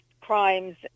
crimes